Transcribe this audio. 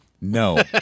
No